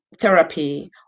therapy